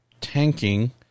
tanking